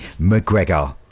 mcgregor